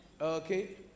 Okay